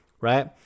right